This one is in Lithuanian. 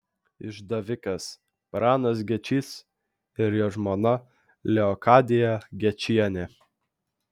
išdavikas pranas gečys ir jo žmona leokadija gečienė